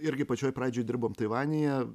irgi pačioj pradžioj dirbome taivanyje